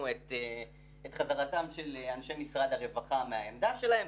את חזרתם של אנשי משרד הרווחה מהעמדה שלהם,